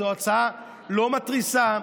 זו הצעה לא מתריסה,